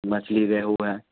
مچھلی رہیو ہے